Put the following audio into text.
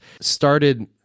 started